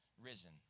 risen